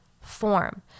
form